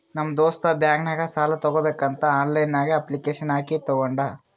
ನಮ್ ದೋಸ್ತ್ ಬ್ಯಾಂಕ್ ನಾಗ್ ಸಾಲ ತಗೋಬೇಕಂತ್ ಆನ್ಲೈನ್ ನಾಗೆ ಅಪ್ಲಿಕೇಶನ್ ಹಾಕಿ ತಗೊಂಡ್